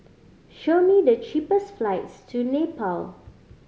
show me the cheapest flights to Nepal